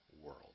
world